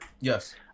Yes